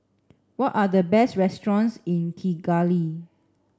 what are the best restaurants in Kigali